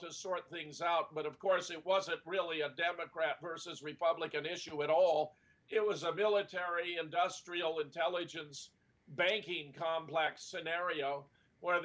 to sort things out but of course it wasn't really a democrat versus republican issue at all it was a military industrial intelligence banking complex scenario where